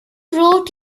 wrote